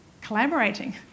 collaborating